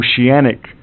oceanic